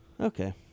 Okay